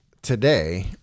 Today